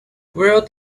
world